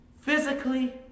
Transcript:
physically